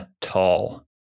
tall